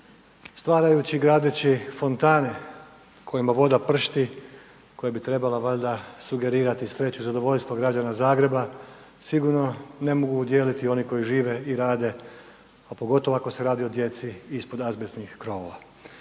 Stvarajući i gradeći fontane u kojima voda pršti koja bi trebala valjda sugerirati sreću i zadovoljstvo građana Zagreba, sigurno ne mogu udijeliti oni koji žive i rade, a pogotovo ako se radi o djeci ispod azbestnih krovova.